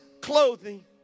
clothing